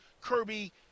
Kirby